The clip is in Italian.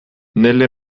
nelle